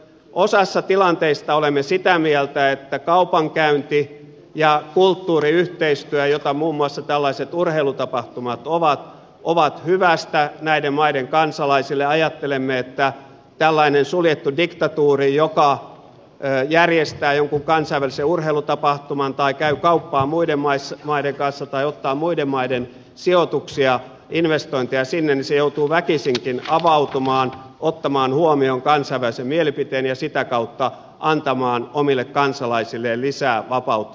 osassa tilanteista olemme sitä mieltä että kaupankäynti ja kulttuuriyhteistyö jota muun muassa tällaiset urheilutapahtumat ovat ovat hyvästä näiden maiden kansalaisille ajattelemme että tällainen suljettu diktatuuri joka järjestää jonkun kansainvälisen urheilutapahtuman tai käy kauppaa muiden maiden kanssa tai ottaa muiden maiden sijoituksia investointeja sinne joutuu väkisinkin avautumaan ottamaan huomioon kansainvälisen mielipiteen ja sitä kautta antamaan omille kansalaisilleen lisää vapautta ja demokratiaa